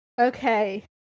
okay